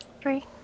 Three